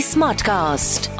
Smartcast